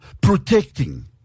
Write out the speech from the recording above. protecting